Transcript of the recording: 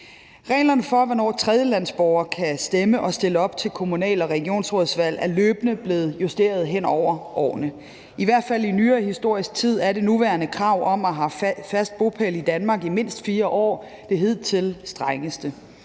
Reglerne for, hvornår tredjelandsborgere kan stemme og stille op til kommunal- og regionsrådsvalg, er løbende blevet justeret hen over årene. I hvert fald i nyere historisk tid er det nuværende krav om at have haft fast bopæl i Danmark i mindst 4 år det hidtil strengeste.